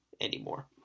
anymore